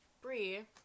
Brie